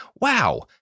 Wow